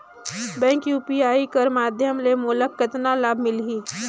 Bank UPI कर माध्यम ले मोला कतना लाभ मिली?